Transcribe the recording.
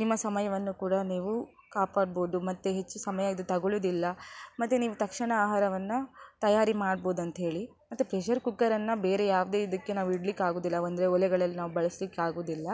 ನಿಮ್ಮ ಸಮಯವನ್ನು ಕೂಡ ನೀವು ಕಾಪಾಡ್ಬೋದು ಮತ್ತು ಹೆಚ್ಚು ಸಮಯ ಇದು ತೊಗೊಳ್ಳೋದಿಲ್ಲ ಮತ್ತು ನೀವು ತಕ್ಷಣ ಆಹಾರವನ್ನು ತಯಾರಿ ಮಾಡ್ಬೋದು ಅಂತ್ಹೇಳಿ ಮತ್ತು ಪ್ರೆಷರ್ ಕುಕ್ಕರನ್ನು ಬೇರೆ ಯಾವುದೇ ಇದಕ್ಕೆ ನಾವು ಇಡಲಿಕ್ಕಾಗುದಿಲ್ಲ ಅಂದರೆ ಒಲೆಗಳಲ್ಲಿ ನಾವು ಬಳಸಲಿಕ್ಕಾಗುದಿಲ್ಲ